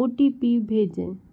ओ T P भेजें